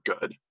good